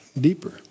deeper